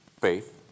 faith